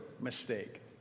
mistake